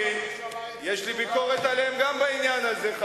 יש לי ביקורת גם עליהם בעניין הזה,